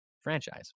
franchise